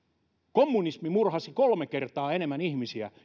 kommunismi murhasi kolme kertaa enemmän ihmisiä